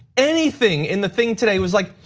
anything, and the thing today was like,